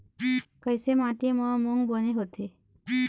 कइसे माटी म मूंग बने होथे?